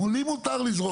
לי מותר לזרוק משהו.